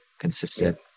consistent